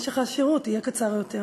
משך השירות יהיה קצר יותר.